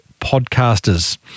podcasters